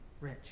rich